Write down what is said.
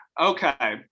Okay